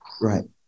Right